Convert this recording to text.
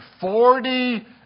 forty